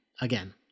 Again